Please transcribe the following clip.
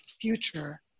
future